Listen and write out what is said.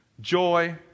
joy